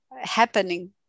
happening